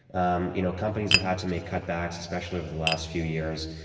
um you know, companies have had to make cut backs especially over the last few years,